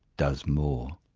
does more.